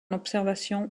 observation